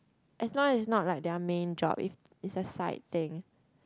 as long as not like their main job it's it's a side thing